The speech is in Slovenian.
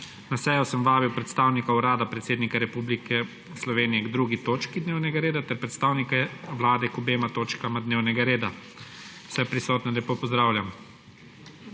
Na sejo sem vabil predstavnika Urada predsednika Republike Slovenije k 2. točki dnevnega reda ter predstavnike Vlade k obema točkama dnevnega reda. Vse prisotne lepo pozdravljam!